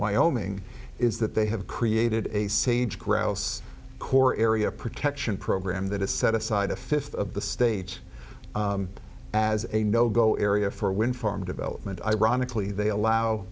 wyoming is that they have created a sage grouse core area protection program that is set aside a fifth of the stage as a no go area for wind farm development ironically they allow